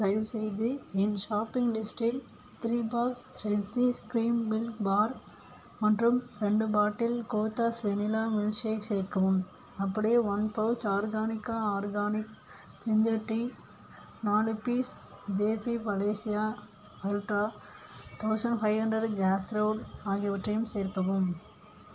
தயவுசெய்து என் ஷாப்பிங் லிஸ்டில் three box Hershey's cream milk bar மற்றும் ரெண்டு bottle Kothas vanilla milk shake சேர்க்கவும் அப்படியே one pouch organica organic ginger tea நாலு piece JP Palacio ultra thousand five hundred casserole ஆகியவற்றையும் சேர்க்கவும்